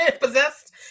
possessed